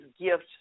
gift